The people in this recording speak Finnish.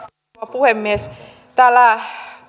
puhemies täällä